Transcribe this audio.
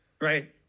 Right